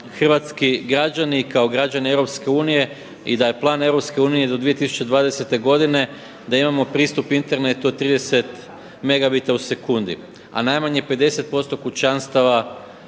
hrvatski građani kao građani EU i da je plan EU do 2020. godine da imamo pristup internetu od 30 megabita u sekundi. A najmanje 50% kućanstava